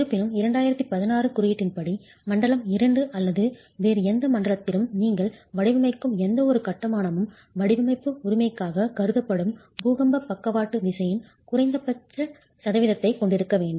இருப்பினும் 2016 குறியீட்டின்படி மண்டலம் II அல்லது வேறு எந்த மண்டலத்திலும் நீங்கள் வடிவமைக்கும் எந்தவொரு கட்டுமானமும் வடிவமைப்பு உரிமைக்காகக் கருதப்படும் பூகம்ப பக்கவாட்டு லேட்ரல் விசையின் குறைந்தபட்ச சதவீதத்தைக் கொண்டிருக்க வேண்டும்